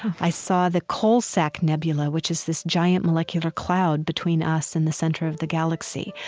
i saw the coalsack nebula, which is this giant molecular cloud between us and the center of the galaxy.